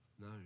No